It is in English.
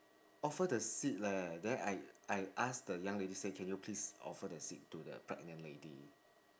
offer the seat leh then I I ask the young lady say can you please offer the seat to the pregnant lady